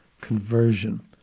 conversion